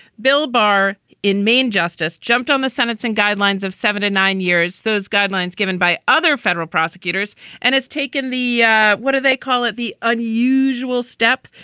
bill bar in main, justice jumped on the sentencing guidelines of seventy nine years. those guidelines given by other federal prosecutors and has taken the yeah what do they call it, the unusual step,